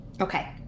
Okay